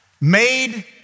made